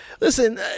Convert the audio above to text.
Listen